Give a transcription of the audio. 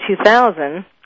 2000